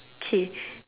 okay